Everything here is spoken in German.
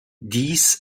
dies